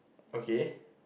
okay